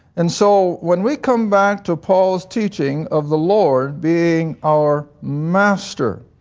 and so when we come back to pauls teaching of the lord being our master,